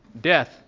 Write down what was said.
Death